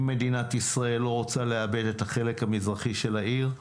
אם מדינת ישראל לא רוצה לאבד את החלק המזרחי של העיר,